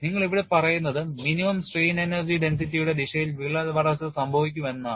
നിങ്ങൾ ഇവിടെ പറയുന്നത് minimum strain energy density യുടെ ദിശയിൽ വിള്ളൽ വളർച്ച സംഭവിക്കും എന്നാണ്